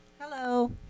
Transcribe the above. Hello